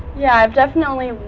yeah, i um definitely,